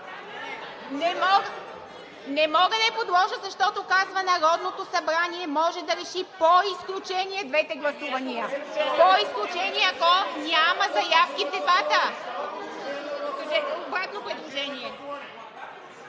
Не мога да я подложа, защото казва: „Народното събрание може да реши по изключение двете гласувания.“ „По изключение!“ Ако няма заявки в дебата! (Реплики